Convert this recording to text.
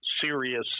serious